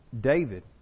David